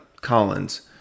Collins